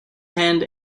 hand